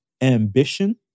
ambition